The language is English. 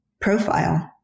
profile